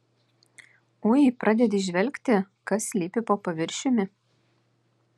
ui pradedi įžvelgti kas slypi po paviršiumi